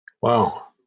Wow